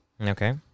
Okay